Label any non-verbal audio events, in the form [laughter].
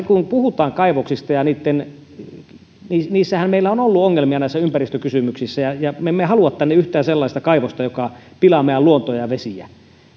[unintelligible] kun puhutaan kaivoksista niin meillä on ollut ongelmia näissä ympäristökysymyksissä ja ja me emme halua tänne yhtään sellaista kaivosta joka pilaa meidän luontoa ja vesiä